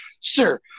sir